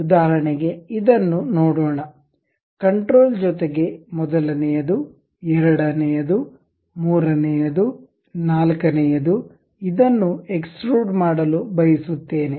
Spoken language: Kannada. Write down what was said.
ಉದಾಹರಣೆಗೆ ಇದನ್ನು ನೋಡೋಣ ಕಂಟ್ರೋಲ್ ಜೊತೆಗೆ ಮೊದಲನೆಯದು ಎರಡನೆಯದು ಮೂರನೆಯದು ನಾಲ್ಕನೆಯದು ಇದನ್ನು ಎಕ್ಸ್ಟ್ರುಡ್ ಮಾಡಲು ಬಯಸುತ್ತೇನೆ